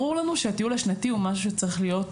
ברור לנו שהטיול השנתי הוא משהו שצריך להיות,